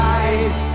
eyes